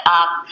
up